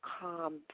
calm